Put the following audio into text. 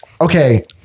Okay